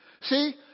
See